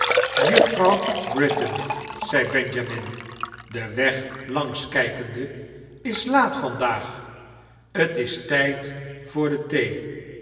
juffroirw britain zei benjamin den weg langs mjkende is laat vandaag t is tijd viooa de tihee